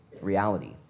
reality